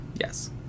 Yes